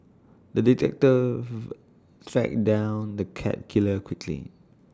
the detective tracked down the cat killer quickly